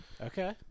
Okay